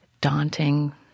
daunting